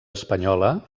espanyola